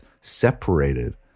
separated